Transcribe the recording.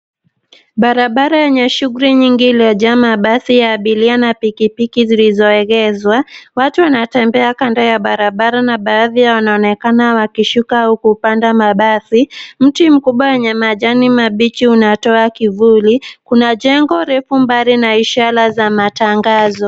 Barabara yenye shughuli nyingi iliyojaa mabasi ya abiria na piki piki zilizoegezwa. Watu wanatembea kando ya barabara na baadhi yao wanaonekana wakishuka huku wakipanda mabasi. Mti mkubwa wenye majani mabichi unatoa kivuli. Kuna jengo refu mbali na ishara za matangazo.